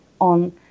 on